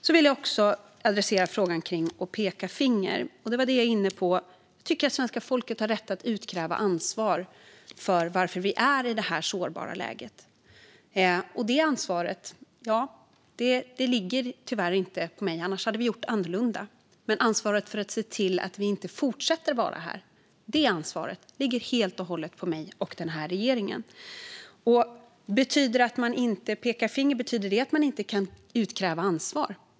Jag vill även adressera frågan om att peka finger. Som jag var inne på tycker jag att svenska folket har rätt att utkräva ansvar för varför vi är i detta sårbara läge. Detta ansvar ligger tyvärr inte hos mig - då hade vi gjort annorlunda - men ansvaret för att se till att det inte fortsätter att vara så här ligger helt och hållet på mig och regeringen. När det gäller att inte peka finger, betyder det att man inte kan utkräva ansvar?